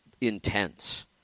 intense